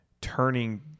turning